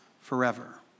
forever